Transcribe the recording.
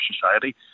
society